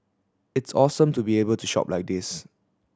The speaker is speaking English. it's awesome to be able to shop like this